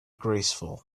graceful